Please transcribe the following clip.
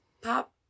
Pop